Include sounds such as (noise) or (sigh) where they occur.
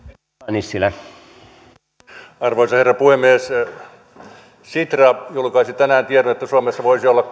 arvoisa herra puhemies sitra julkaisi tänään tiedon että suomessa voisi olla (unintelligible)